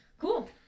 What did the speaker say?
Cool